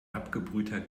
abgebrühter